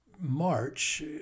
march